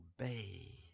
obey